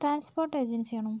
transport agency ആണോ